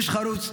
איש חרוץ,